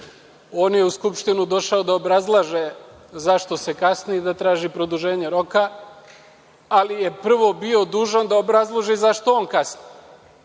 On je u Skupštinu došao da obrazlaže zašto se kasni, da traži produženje roka, ali je prvo bio dužan da obrazloži zašto on kasni.